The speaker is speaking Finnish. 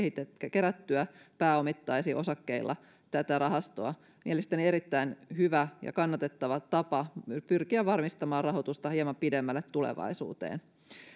kerättyä pääomittaisi osakkeilla tätä rahastoa mielestäni erittäin hyvä ja kannatettava tapa pyrkiä varmistamaan rahoitusta hieman pidemmälle tulevaisuuteen